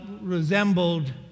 resembled